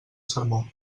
sermó